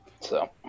So-